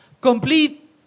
complete